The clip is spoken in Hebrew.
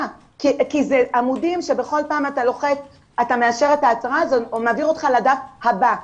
כי אלה עמודים שבכל פעם זה מעביר אותך לדף הבא,